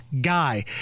guy